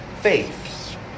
faith